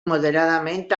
moderadament